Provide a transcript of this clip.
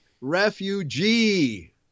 refugee